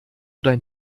dein